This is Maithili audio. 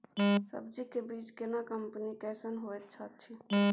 सब्जी के बीज केना कंपनी कैसन होयत अछि?